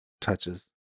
touches